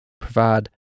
provide